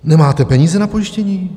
Nemáte peníze na pojištění?